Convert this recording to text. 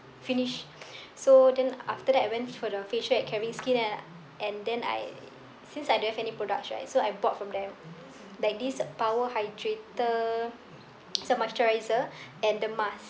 finish so then after that I went for the facial at caring skin then uh and then I since I don't have any products right so I bought from them like this power hydrator it's a moisturiser and the mask